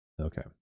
Okay